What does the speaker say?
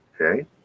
Okay